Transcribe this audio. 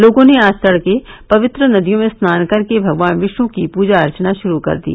लोगों ने आज तड़के पवित्र नदियों में स्नान कर के भगवान विष्णु की पूजा अर्चना शुरू कर दी